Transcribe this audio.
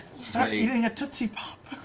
start eating a tootsie pop.